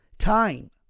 Time